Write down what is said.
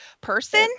person